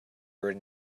brewed